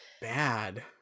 bad